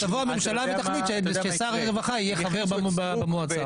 תבוא הממשלה ותחליט ששר הרווחה יהיה חבר במועצה.